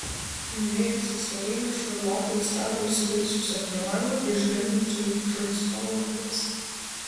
nuėjęs į svetainę šarlotę jis rado įsitaisiusią prie lango ir žvelgiančią į čarlstono uostą